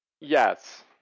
yes